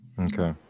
okay